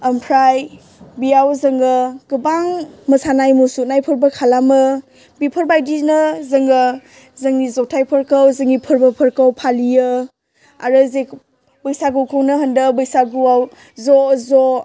ओमफ्राय बियाव जोङो गोबां मोसानाय मुसुरनायफोरबो खालामो बेफोरबायदिनो जोङो जोंनि जथायफोरखौ जोंनि फोरबोफोरखौ फालियो आरो बैसागुखौनो होनदो बैसागुआव ज'ज'